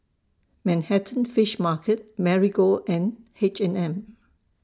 Manhattan Fish Market Marigold and H and M